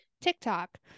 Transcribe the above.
TikTok